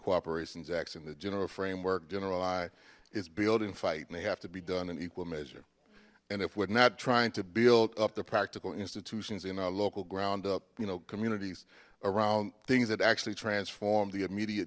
cooperations action the general framework generally it's building fight and they have to be done in equal measure and if we're not trying to build up the practical institutions in our local ground up you know communities around things that actually transform the immediate